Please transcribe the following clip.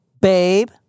Babe